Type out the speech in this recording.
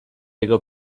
jego